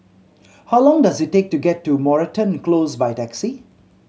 how long does it take to get to Moreton Close by taxi